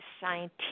scientific